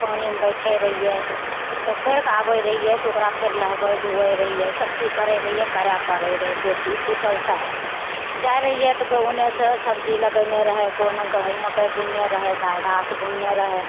पानीमे बैठै रहियै तब करि कऽ आबै रहियै तऽ ओकरा फेर नहबैत धोऐ रहियै सबचीज करै रहियै करए पड़ै रहै बेटी पुतहु सब जाइ रहियै तऽ केओ ओन्नेसे सबजी लगैने रहै केओ ने गहुँम मकै बुनने रहै घास बुनने रहै